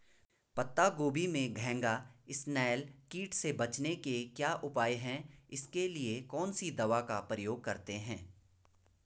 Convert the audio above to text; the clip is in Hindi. पत्ता गोभी में घैंघा इसनैल कीट से बचने के क्या उपाय हैं इसके लिए कौन सी दवा का प्रयोग करते हैं?